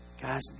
Guys